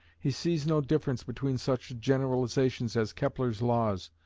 he sees no difference between such generalizations as kepler's laws,